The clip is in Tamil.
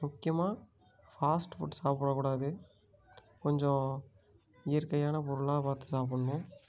முக்கியமாக ஃபாஸ்ட் புட் சாப்பிட கூடாது கொஞ்சம் இயற்கையான பொருளாக பார்த்து சாப்பிட்ணும்